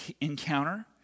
encounter